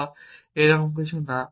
বা এরকম কিছু না